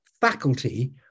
faculty